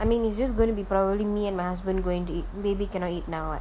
I mean it's just gonna be probably me and my husband going to eat baby cannot eat now what